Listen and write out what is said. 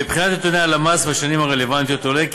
מבחינת נתוני הלמ"ס בשנים הרלוונטיות עולה כי